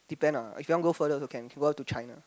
depend ah if you want go further also can can go up to China